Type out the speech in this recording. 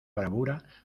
bravura